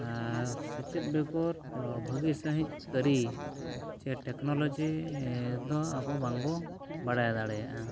ᱟᱨ ᱥᱮᱪᱮᱫ ᱵᱮᱜᱚᱨ ᱵᱷᱟᱹᱜᱤ ᱥᱟᱺᱦᱤᱡ ᱠᱟᱹᱨᱤ ᱪᱮ ᱴᱮᱹᱠᱱᱳᱞᱚᱡᱤ ᱫᱚ ᱟᱵᱚ ᱵᱟᱝ ᱵᱚᱱ ᱵᱟᱲᱟᱭ ᱫᱟᱲᱮᱭᱟᱜᱼᱟ